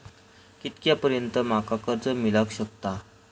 कितक्या पर्यंत माका कर्ज मिला शकता?